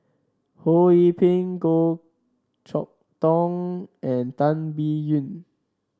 Ho Yee Ping Goh Chok Tong and Tan Biyun